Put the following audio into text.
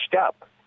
up